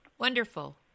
Wonderful